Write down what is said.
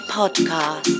podcast